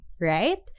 right